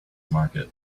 market